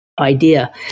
idea